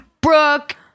Brooke